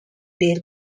their